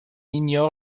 ignore